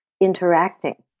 interacting